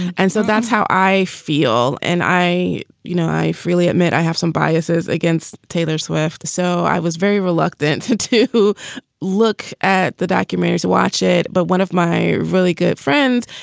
and so that's how i feel. and i you know, i freely admit i have some biases against taylor swift. so i was very reluctant to to look at the documentary to watch it. but one of my really good friends,